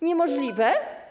Niemożliwe?